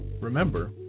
Remember